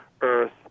Earth